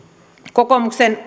kokoomuksen